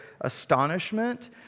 astonishment